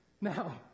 now